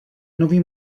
nový